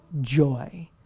joy